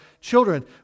children